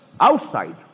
outside